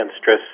stress